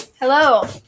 Hello